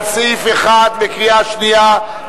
על סעיף 1 בקריאה שנייה.